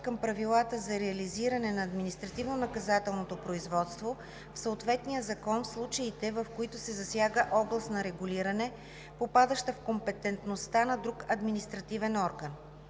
към правилата за реализиране на административнонаказателното производство в съответния закон в случаите, в които се засяга област на регулиране, попадаща в компетентността на друг административен орган.